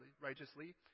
righteously